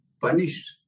punished